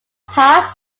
pass